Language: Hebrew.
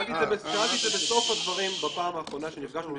שאלתי את זה בסוף הדברים בפעם האחרונה שנפגשנו,